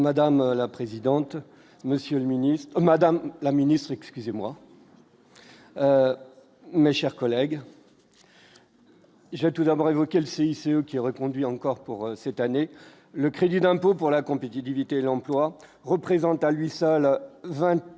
monsieur le ministre, Madame la Ministre excusez-moi. Mes chers collègues. J'ai tout d'abord évoqué le CICE qui reconduit encore pour cette année, le crédit d'impôt pour la compétitivité et l'emploi représente à lui seul 20